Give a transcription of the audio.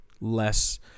less